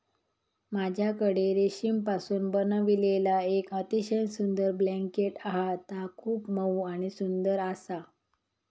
माझ्याकडे रेशीमपासून बनविलेला येक अतिशय सुंदर ब्लँकेट हा ता खूप मऊ आणि सुंदर आसा